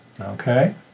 Okay